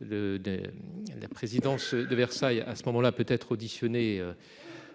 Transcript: La présidence de Versailles, à ce moment-là peut être auditionnés.